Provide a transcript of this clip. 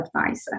advisor